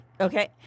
Okay